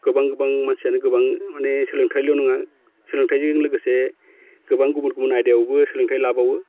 गोबां गोबां मानसियानो गोबां माने सोलोंथाइल' नङा सोलोंथाइजों लोगोसे गोबां गुबुन गुबुन आयदायावबो सोलोंथाइ लाबावो